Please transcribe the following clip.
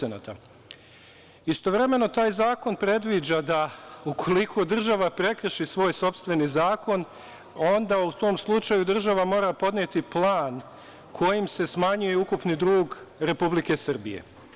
Istovremeno, taj zakon predviđa da ukoliko država prekrši svoj sopstveni zakon, onda u tom slučaju država mora podneti plan kojim se smanjuje ukupni dug Republike Srbije.